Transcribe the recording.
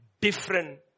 different